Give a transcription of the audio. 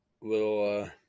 little